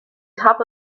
top